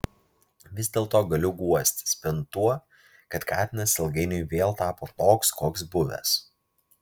vis dėlto galiu guostis bent tuo kad katinas ilgainiui vėl tapo toks koks buvęs